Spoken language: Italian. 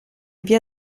via